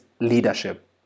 leadership